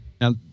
Now